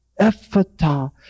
Ephata